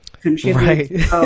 contribute